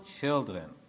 children